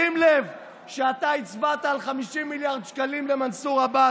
שים לב שאתה הצבעת על 50 מיליארד שקלים למנסור עבאס,